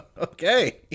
okay